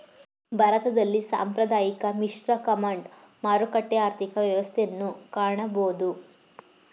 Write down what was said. ಭಾರತದಲ್ಲಿ ಸಾಂಪ್ರದಾಯಿಕ, ಮಿಶ್ರ, ಕಮಾಂಡ್, ಮಾರುಕಟ್ಟೆ ಆರ್ಥಿಕ ವ್ಯವಸ್ಥೆಯನ್ನು ಕಾಣಬೋದು